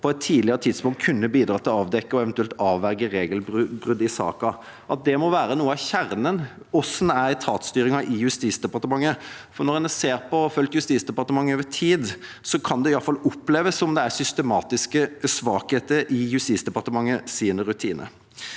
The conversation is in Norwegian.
på et tidligere tidspunkt kunne bidratt til å avdekke og eventuelt avverge regelbrudd i saken – må være noe av kjernen: Hvordan er etatsstyringen i Justisdepartementet? For når en ser på og har fulgt Justisdepartementet over tid, kan det iallfall oppleves som at det er systematiske svakheter i Justisdepartementets rutiner.